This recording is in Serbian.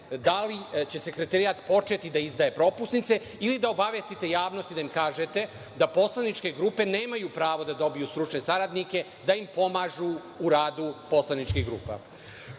da li će sekretarijat početi da izdaje propusnice ili da obavestite javnost i da im kažete da poslaničke grupe nemaju pravo da dobiju stručne saradnike da im pomažu u radu poslaničkih grupa?